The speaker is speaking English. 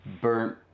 burnt